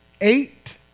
Eight